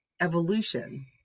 evolution